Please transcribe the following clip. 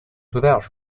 without